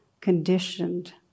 conditioned